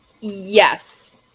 Yes